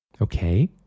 Okay